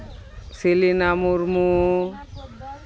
ᱥᱤᱞᱤᱱᱟ Murmu